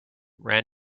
ran